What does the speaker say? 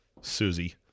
Susie